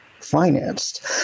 financed